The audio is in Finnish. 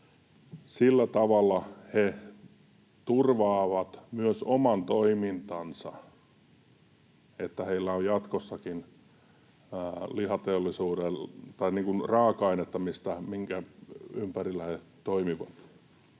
Sillä tavalla he turvaavat myös oman toimintansa, että heillä on jatkossakin raaka-ainetta, minkä ympärillä he toimivat.